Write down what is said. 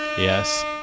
Yes